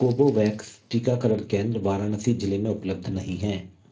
Covovax टीकाकरण केंद्र वाराणसी ज़िले में उपलब्ध नहीं हैं